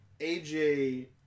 AJ